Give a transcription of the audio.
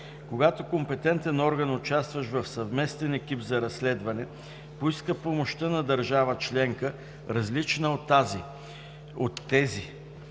Когато компетентен орган, участващ в съвместен екип за разследване, поиска помощта на държава членка, различна от тези,